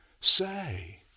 say